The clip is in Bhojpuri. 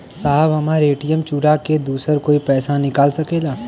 साहब हमार ए.टी.एम चूरा के दूसर कोई पैसा निकाल सकेला?